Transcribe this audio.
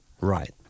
Right